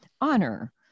honor